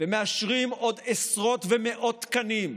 אדוני היושב-ראש,